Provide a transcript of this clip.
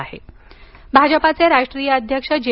नडडा भाजपाचे राष्ट्रीय अध्यक्ष जे